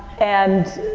and,